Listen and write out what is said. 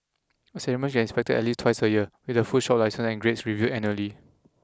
establishments get inspected at least twice a year with their food shop licences and grades reviewed annually